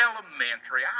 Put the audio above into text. elementary